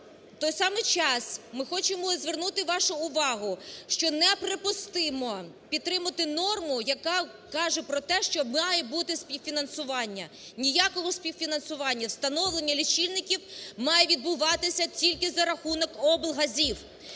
В той самий час ми хочемо звернути вашу увагу, що неприпустимо підтримувати норму, яка каже про те, що має бути співфінансування. Ніякого спів фінансування! Встановлення лічильників має відбуватися тільки за рахунок облгазів.